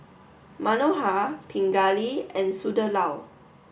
Manohar Pingali and Sunderlal